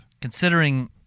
Considering